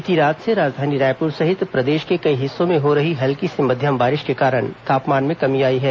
बीती रात से राजधानी रायपुर सहित प्रदेश के कई हिस्सों में हो रही हल्की से मध्यम बारिश के कारण तापमान में कमी आई है